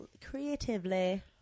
Creatively